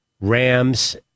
Rams